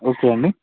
okay అండి